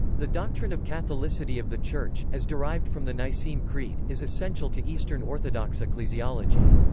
the doctrine of catholicity of the church, as derived from the nicene creed, is essential to eastern orthodox ecclesiology.